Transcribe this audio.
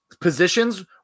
positions